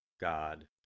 God